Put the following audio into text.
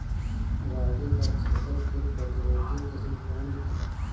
रागी क छेदक किट प्रतिरोधी किस्म कौन ह?